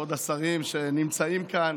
כבוד השרים שנמצאים כאן,